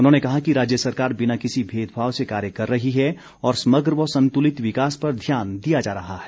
उन्होंने कहा कि राज्य सरकार बिना किसी मेदभाव से कार्य कर रही है और समग्र व संतुलित विकास पर ध्यान दिया जा रहा है